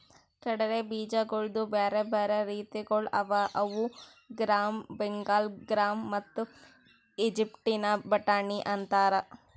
ಕಡಲೆ ಬೀಜಗೊಳ್ದು ಬ್ಯಾರೆ ಬ್ಯಾರೆ ರೀತಿಗೊಳ್ ಅವಾ ಅವು ಗ್ರಾಮ್, ಬೆಂಗಾಲ್ ಗ್ರಾಮ್ ಮತ್ತ ಈಜಿಪ್ಟಿನ ಬಟಾಣಿ ಅಂತಾರ್